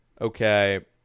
Okay